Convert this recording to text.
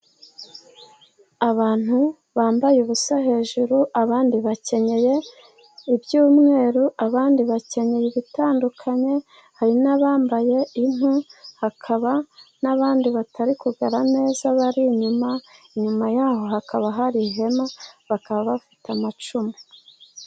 Abantu bambaye ubusa hejuru abandi bakenyeye iby'umweru, abandi bakenyeye ibitandukanye hari n'abambaye impu, hakaba n'abandi batari kugaragara neza bari inyuma. Inyuma yaho hakaba hari ihema bakaba bafite amacumu.